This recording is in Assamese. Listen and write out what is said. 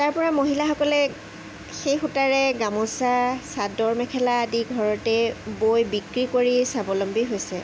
তাৰ পৰা মহিলাসকলে সেই সূতাৰে গামোচা চাদৰ মেখেলা আদি ঘৰতে বৈ বিক্ৰী কৰি স্বাৱলম্বী হৈছে